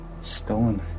stolen